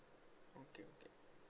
okay okay